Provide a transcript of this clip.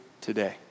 today